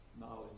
knowledge